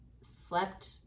slept